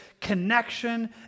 connection